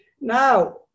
Now